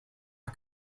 are